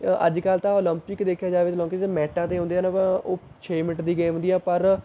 ਅ ਅੱਜ ਕੱਲ੍ਹ ਤਾਂ ਉਲੰਪਿਕ ਦੇਖਿਆ ਜਾਵੇ ਤਾਂ ਉਲੰਪਿਕ 'ਚ ਮੈਟਾਂ 'ਤੇ ਹੁੰਦੇ ਹਨ ਉਹ ਛੇ ਮਿੰਟ ਦੀ ਗੇਮ ਹੁੰਦੀ ਹੈ ਪਰ